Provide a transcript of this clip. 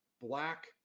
black